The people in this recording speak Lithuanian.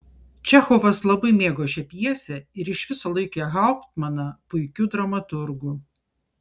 čechovas labai mėgo šią pjesę ir iš viso laikė hauptmaną puikiu dramaturgu